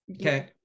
Okay